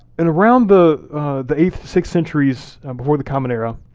and around the the eighth, sixth centuries before the common era,